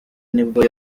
nibwo